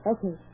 Okay